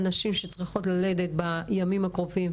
נשים שצריכות ללדת בימים הקרובים,